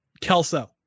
kelso